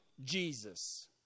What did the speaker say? Jesus